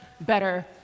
better